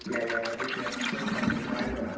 ꯌꯥꯏ ꯌꯥꯏ ꯑꯗꯨꯁꯨ ꯌꯥꯏ ꯅꯣꯏ ꯁꯥꯏꯍꯣꯏꯁꯨ ꯍꯥꯏꯈꯣꯗꯅ